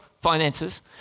finances